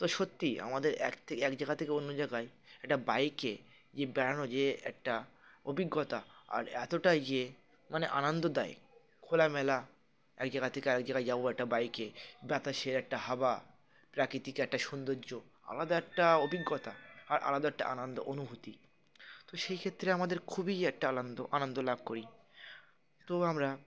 তো সত্যিই আমাদের এক থেকে এক জায়গা থেকে অন্য জায়গায় একটা বাইকে যে বেড়ানো যে একটা অভিজ্ঞতা আর এতটাই যে মানে আনন্দদায়ক খোলামেলা এক জায়গা থেকে আরেক জায়গায় যাবো একটা বাইকে বাতাসের একটা হাওয়া প্রাকৃতিক একটা সৌন্দর্য আলাদা একটা অভিজ্ঞতা আর আলাদা একটা আনন্দ অনুভূতি তো সেই ক্ষেত্রে আমাদের খুবই একটা আনন্দ আনন্দ লাভ করি তো আমরা